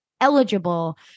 eligible